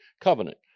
covenant